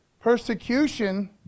Persecution